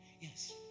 Yes